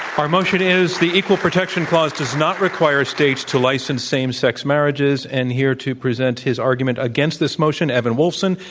our motion is the equal protection clause does not require states to license same sex marriages. and here to present his argument against this motion, evan wolfson.